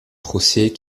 procès